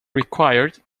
required